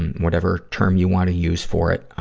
whatever term you want to use for it.